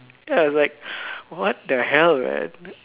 then I was like what the hell right